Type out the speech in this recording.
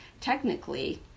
technically